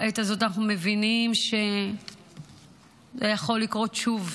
בעת הזאת אנחנו מבינים שזה יכול לקרות שוב.